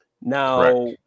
Now